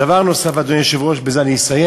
דבר נוסף, אדוני היושב-ראש, ובזה אני אסיים: